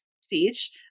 speech